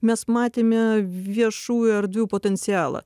mes matėme viešųjų erdvių potencialą